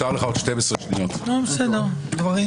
נצביע